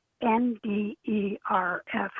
N-D-E-R-F